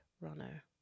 runner